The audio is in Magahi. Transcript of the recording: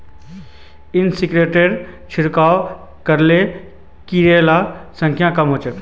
इंसेक्टिसाइडेर छिड़काव करले किटेर संख्या कम ह छ